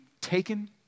taken